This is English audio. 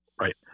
right